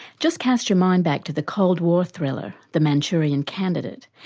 just case your mind back to the cold war thriller, the manchurian candidate,